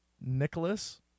Nicholas